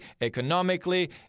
economically